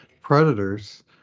Predators